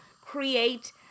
create